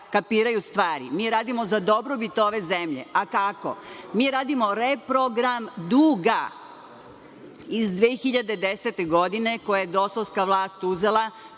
kapiraju stvari. Mi radimo za dobrobit ove zemlje. A kako? Mi radimo reprogram duga, iz 2010. godine koji je dosovska vlast uzela